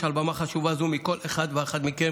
מעל במה חשובה זו מכל אחת ואחד מכם,